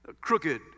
Crooked